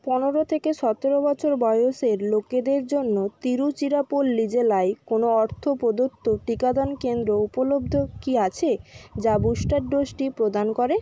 পনেরো থেকে সতেরো বছর বয়সের লোকেদের জন্য তিরুচিরাপল্লি জেলায় কোনো অর্থপ্রদত্ত টিকাদান কেন্দ্র উপলব্ধ কি আছে যা বুস্টার ডোজটি প্রদান করে